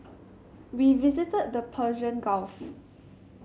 we visited the Persian Gulf